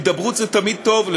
הידברות זה תמיד טוב,